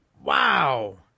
wow